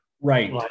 Right